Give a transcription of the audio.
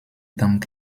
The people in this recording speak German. dank